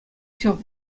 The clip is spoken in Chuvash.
ҫав